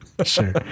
Sure